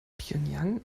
pjöngjang